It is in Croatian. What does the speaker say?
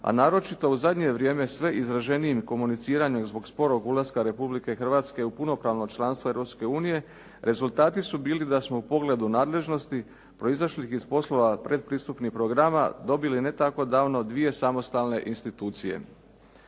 a naročito u zadnje vrijeme sve izraženijim komuniciranjem zbog sporog ulaska Republike Hrvatske u punopravno članstvo Europske unije, rezultati su bili da smo u pogledu nadležnosti proizašli iz poslova pretpristupnih programa dobili ne tako davno dvije samostalne institucije.